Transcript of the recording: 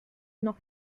noch